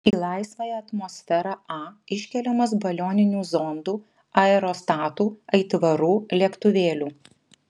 į laisvąją atmosferą a iškeliamas balioninių zondų aerostatų aitvarų lėktuvėlių